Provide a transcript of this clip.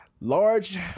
large